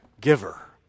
giver